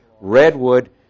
Redwood